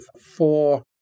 four